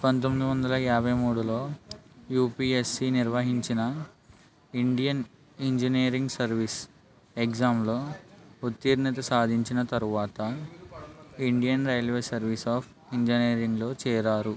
పందొమ్మిది వందల యాభై మూడులో యూపీఎస్సీ నిర్వహించిన ఇండియన్ ఇంజినీరింగ్ సర్వీసెస్ ఎగ్జామ్లో ఉత్తీర్ణత సాధించిన తరువాత ఇండియన్ రైల్వే సర్వీస్ ఆఫ్ ఇంజనీరింగ్లో చేరారు